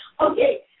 Okay